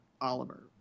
Oliver